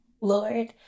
Lord